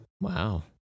Wow